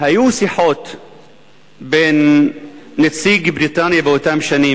היו שיחות בין נציג בריטניה באותן שנים,